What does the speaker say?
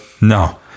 no